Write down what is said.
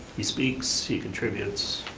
he speaks, he contributes,